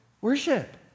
Worship